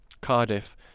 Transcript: Cardiff